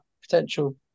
potential